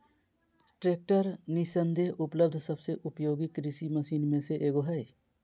tractor निस्संदेह उपलब्ध सबसे उपयोगी कृषि मशीन में से एगो हइ